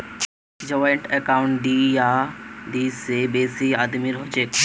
joint account दी या दी से बेसी आदमीर हछेक